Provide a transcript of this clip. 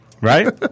Right